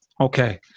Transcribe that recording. okay